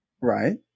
right